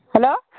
hello